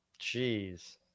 Jeez